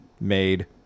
made